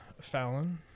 Fallon